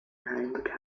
bekannt